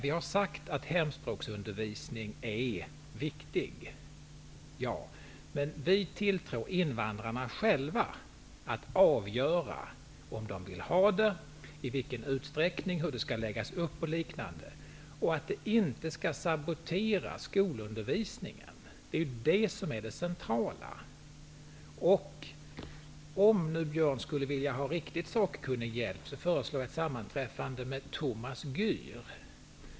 Vi har sagt att hemspråksundervisning är viktig. Men vi tilltror invandrarna att själva avgöra om de vill ha en sådan, i vilken utsträckning den skall bedrivas, hur den skall läggas upp och liknande. Den skall inte sabotera skolundervisningen. Det är det centrala. Om nu Björn Samuelson skulle vilja ha riktigt sakkunnig hjälp, föreslår jag ett sammanträffande med Thomas Gür.